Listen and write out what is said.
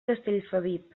castellfabib